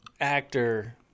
actor